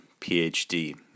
PhD